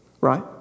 right